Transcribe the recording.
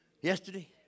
yesterday